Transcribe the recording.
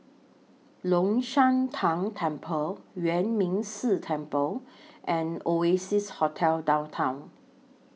Long Shan Tang Temple Yuan Ming Si Temple and Oasia Hotel Downtown